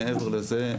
מעבר לזה,